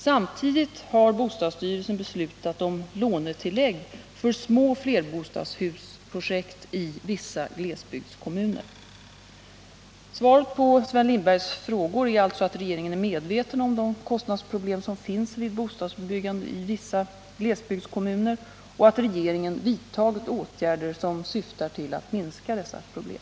Samtidigt har bostadsstyrelsen beslutat om lånetillägg för små flerbostadshusprojekt i vissa glesbygdskommuner. Svaret på Sven Lindbergs frågor är alltså att regeringen är medveten om de kostnadsproblem som finns vid bostadsbyggande i vissa glesbygdskommuner och att regeringen vidtagit åtgärder som syftar till att minska dessa problem.